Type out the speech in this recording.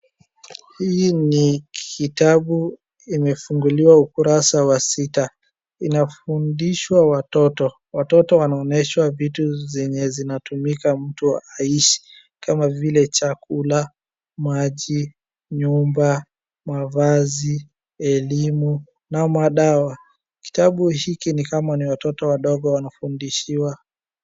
Hii ni kitabu imefunguliwa ukurasa wa sita inafundishwa watoto. Watoto wanaonyeshwa vitu zenye zinatumika mtu aishi kama vile chakula maji, nyumba, mavazi, elimu na madawa. Kitabu hiki ni kama ni watoto wadogo wanafundishiwa.